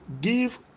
Give